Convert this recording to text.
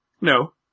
No